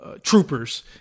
troopers